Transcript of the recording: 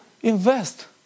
invest